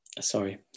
sorry